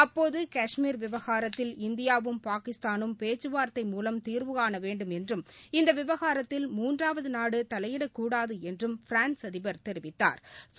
அப்போதுகாஷ்மீர் விவகாரத்தில் இந்தியாவும் பாகிஸ்தானும் பேச்கார்த்தை மூலம் தீர்வுகாணவேண்டும் என்றும் இந்தவிவகாரத்தில் மூன்றாவதுநாடுதலையிடக்கூடாதுஎன்றும் பிரான்ஸ் அதிபர் தெரிவித்தாா்